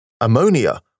Ammonia